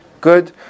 Good